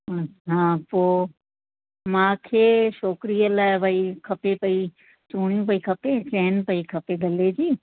अच्छा पोइ मू़खे छोकिरीअ लाइ भाई खपे पई चुड़ियूं पई खपे चैन पई खपे भले